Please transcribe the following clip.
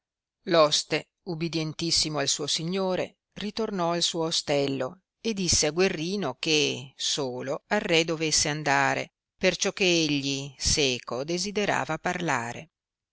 oste ubidientissimo al suo signore ritornò al suo ostello e disse a guerrino che solo al re dovesse andare perciò che egli seco desiderava parlare